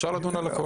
אפשר לדון על הכל.